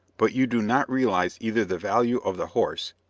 but you do not realise either the value of the horse,